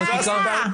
מה הבעיה?